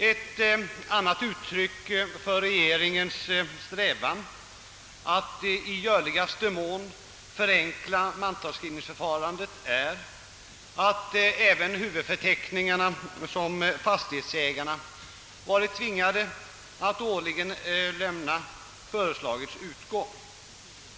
Ett annat uttryck för regeringens strävan att i görligaste mån förenkla mantalsskrivningsförfarandet är att även huvudförteckningarna som fastighetsägarna varit tvingade att årligen lämna föreslagits utgå.